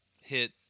hit